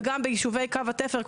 וגם ביישובי קו התפר,